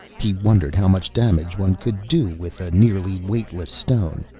he wondered how much damage one could do with a nearly weightless stone,